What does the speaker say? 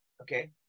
okay